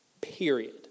Period